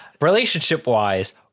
Relationship-wise